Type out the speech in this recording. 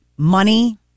Money